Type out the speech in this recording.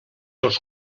els